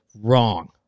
Wrong